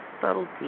subtlety